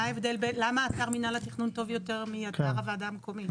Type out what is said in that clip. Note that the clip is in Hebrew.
למה אתר מינהל התכנון טוב יותר מאתר הוועדה המקומית?